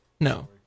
No